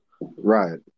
Right